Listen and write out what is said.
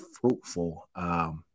fruitful